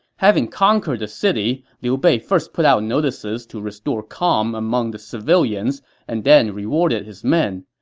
having conquered the city, liu bei first put out notices to restore calm among the civilians and then rewarded his men.